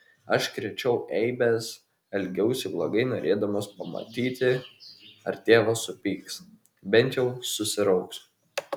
aš krėčiau eibes elgiausi blogai norėdamas pamatyti ar tėvas supyks bent jau susirauks